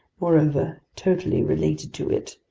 moreover totally related to it,